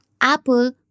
Apple